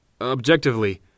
Objectively